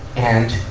and,